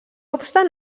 obstant